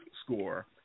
score